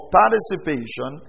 participation